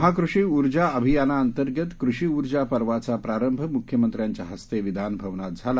महा कृषी ऊर्जा अभियानांतर्गत कृषी ऊर्जा पर्वाचा प्रारंभ मुख्यमंत्र्यांच्या हस्ते विधानभवनात झाला